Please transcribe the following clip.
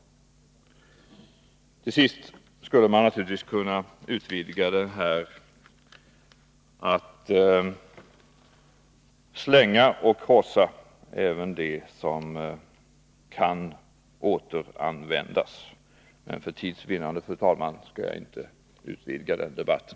Naturligtvis skulle jag kunna utvidga den här debatten till att gälla att man även skall slänga och krossa sådant som kan återvinnas. Men för tids vinnande, fru talman, skall jag inte göra den utvidgningen av debatten.